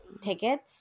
tickets